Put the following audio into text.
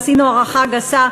עשינו הערכה גסה,